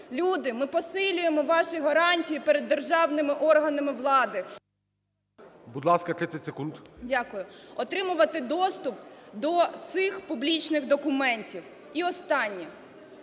люди, ми посилюємо ваші гарантії перед державними органами влади... ГОЛОВУЮЧИЙ. Будь ласка, 30 секунд. СОТНИК О. Дякую. Отримувати доступ до цих публічних документів. І останнє.